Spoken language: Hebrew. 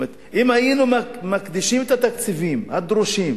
זאת אומרת, אם היינו מקדישים את התקציבים הדרושים